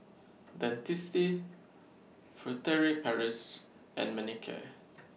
Dentiste Furtere Paris and Manicare